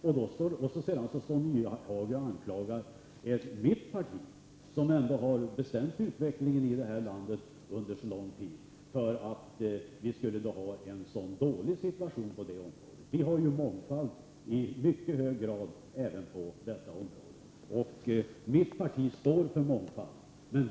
Så står Hans Nyhage och anklagar mitt parti, som ändå har bestämt utvecklingen i det här landet under så lång tid, för att vi skulle ha en dålig situation på området. Vi har mångfald i mycket hög grad inom detta område. Mitt parti står för mångfald.